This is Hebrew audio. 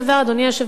אדוני היושב-ראש,